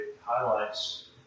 highlights